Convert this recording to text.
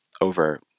over